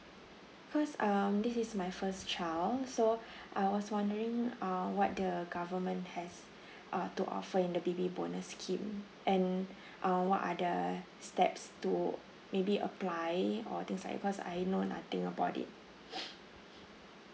cause um this is my first child so I was wondering um what the government has uh to offer in the baby bonus scheme and uh what are the steps to maybe apply or things like because I know nothing about it